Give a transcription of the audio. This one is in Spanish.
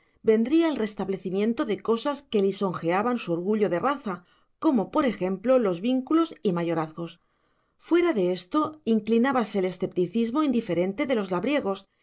vendría el restablecimiento de cosas que lisonjeaban su orgullo de raza como por ejemplo los vínculos y mayorazgos fuera de esto inclinábase al escepticismo indiferente de los labriegos